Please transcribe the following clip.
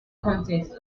contests